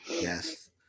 Yes